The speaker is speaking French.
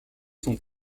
sont